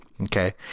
Okay